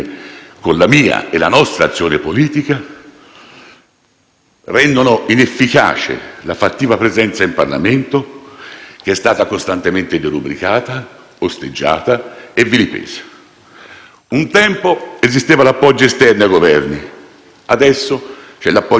rendendo inefficace la fattiva presenza in Parlamento, che è stata costantemente derubricata, osteggiata e vilipesa. Un tempo, esisteva l'appoggio esterno ai Governi. Adesso c'è l'appoggio fantasma: un neologismo tartufesco